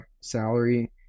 salary